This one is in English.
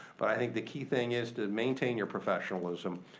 but i think the key thing is to maintain your professionalism.